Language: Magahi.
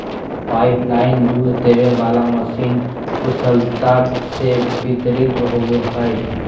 पाइपलाइन दूध देबे वाला मशीन कुशलता से वितरित होबो हइ